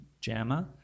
JAMA